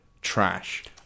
trash